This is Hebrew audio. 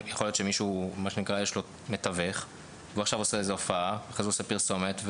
יכול להיות שלמישהו יש מתווך והוא עושה הופעה ואחרי זה פרסומת,